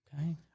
Okay